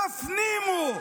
תפנימו.